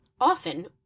Often